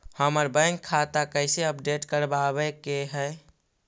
हमर बैंक खाता कैसे अपडेट करबाबे के है?